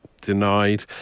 denied